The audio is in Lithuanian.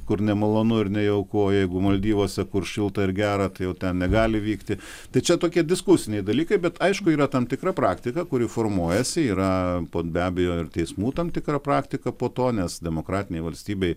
kur nemalonu ir nejauku o jeigu maldyvuose kur šilta ir gera tai jau ten negali vykti tai čia tokie diskusiniai dalykai bet aišku yra tam tikra praktika kuri formuojasi yra be abejo ir teismų tam tikra praktika po to nes demokratinėj valstybėj